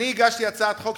אני הגשתי הצעת חוק,